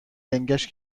لنگش